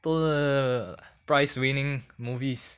都是 prize winning movies